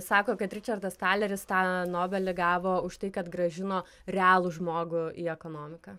sako kad ričardas taleris tą nobelį gavo už tai kad grąžino realų žmogų į ekonomiką